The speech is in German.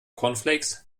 cornflakes